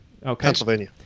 Pennsylvania